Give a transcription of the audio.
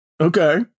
Okay